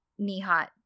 Nihat